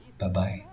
Bye-bye